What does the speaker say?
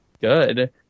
Good